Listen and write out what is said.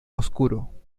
oscuro